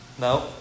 no